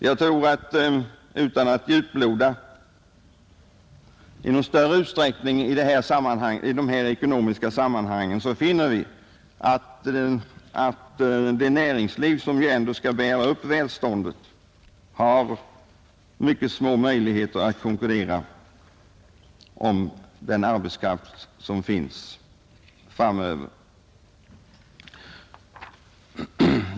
Utan att djuploda i någon större utsträckning i de här ekonomiska sammanhangen finner jag att det näringsliv, som ju ändå skall bära upp välståndet, har mycket små möjligheter att konkurrera om den arbetskraft som finns tillgänglig framöver.